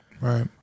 Right